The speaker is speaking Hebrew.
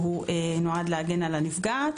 שהוא נועד להגן על הנפגעת.